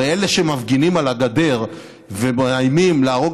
הרי אלה שמפגינים על הגדר ומאיימים להרוג